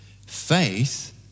faith